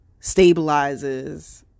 stabilizes